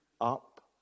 up